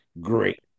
great